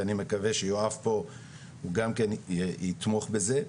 ואני מקווה שיואב פה גם כן יתמוך בזה.